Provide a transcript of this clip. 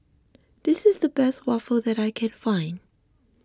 this is the best Waffle that I can find